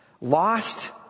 Lost